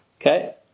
okay